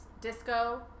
Disco